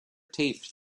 taped